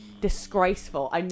Disgraceful